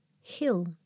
Hill